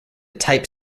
type